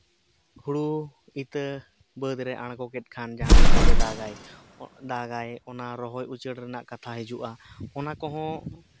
ᱦᱩᱲᱩ ᱤᱛᱟᱹ ᱵᱟᱹᱫᱽ ᱨᱮ ᱟᱬᱜᱚ ᱠᱮᱫ ᱠᱷᱟᱱ ᱡᱟᱦᱟᱸ ᱞᱮᱠᱟ ᱜᱮ ᱫᱟᱜᱟᱭ ᱫᱟᱜᱟᱭ ᱚᱱᱟ ᱨᱚᱦᱚᱭ ᱩᱪᱟᱹᱲ ᱨᱮᱭᱟᱜ ᱠᱟᱛᱷᱟ ᱦᱤᱡᱩᱜᱼᱟ ᱚᱱᱟ ᱠᱚᱦᱚᱸ